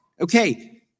okay